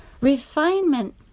Refinement